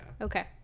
okay